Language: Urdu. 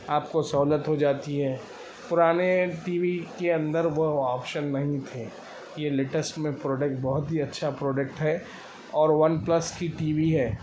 آپ کو سہولت ہو جاتی ہے پرانے ٹی وی کے اندر وہ آپشن نہیں تھے یہ لیٹسٹ میں پروڈکٹ بہت ہی اچھا پروڈکٹ ہے اور ون پلس کی ٹی وی ہے